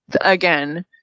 again